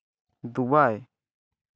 Dubai